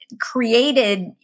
created